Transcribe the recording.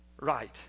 right